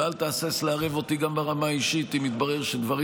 ואל תהסס גם לערב אותי ברמה האישית אם יתברר שדברים